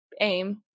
aim